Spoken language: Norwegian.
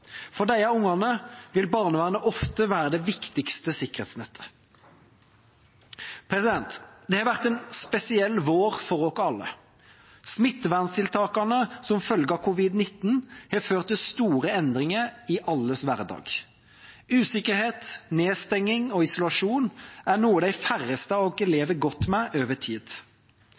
For disse barna vil barnevernet ofte være det viktigste sikkerhetsnettet. Det har vært en spesiell vår for oss alle. Smitteverntiltakene som følge av covid-19 har ført til store endringer i alles hverdag. Usikkerhet, nedstenging og isolasjon er noe de færreste av oss lever godt med over tid.